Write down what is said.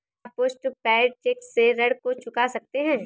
क्या post paid cheque से ऋण को चुका सकते हैं?